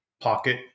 pocket